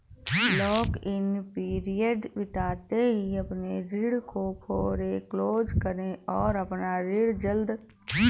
lock in period बीतते ही अपने ऋण को फोरेक्लोज करे और अपना ऋण जल्द चुकाए